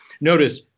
Notice